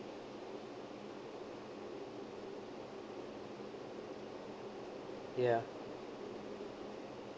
ya